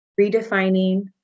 redefining